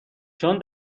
چون